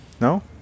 no